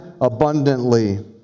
abundantly